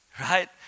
right